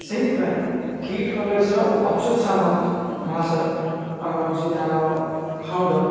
ସେଇଥିପାଇଁ କିଟ୍ କଲେଜର ଅଚ୍ୟୁତ ସାମନ୍ତ ମହାଶୟ ଆମର ଯିଏ ତାର ଫାଉଣ୍ଡର